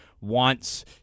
wants